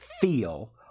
feel